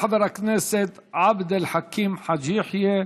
יעלה חבר הכנסת עבד אל חכים חאג' יחיא,